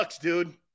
dude